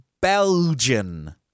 Belgian